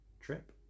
Trip